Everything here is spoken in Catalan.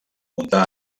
muntar